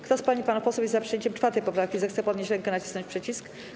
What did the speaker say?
Kto z pań i panów posłów jest za przyjęciem 4. poprawki, zechce podnieść rękę i nacisnąć przycisk.